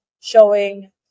showing